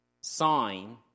sign